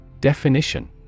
Definition